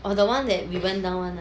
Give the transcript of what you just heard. orh the one that he went down [one] ah